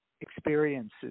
experiences